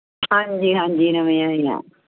ਹਾਂਜੀ ਹਾਂਜੀ ਨਵੇਂ ਆਏ ਹਾਂ